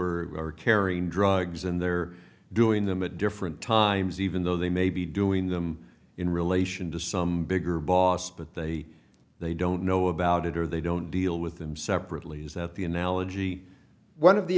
are carrying drugs and they're doing them at different times even though they may be doing them in relation to some bigger boss but they they don't know about it or they don't deal with them separately is that the analogy one of the